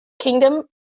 Kingdom